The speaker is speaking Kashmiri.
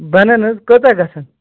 بَنَن حظ کۭژاہ گژھن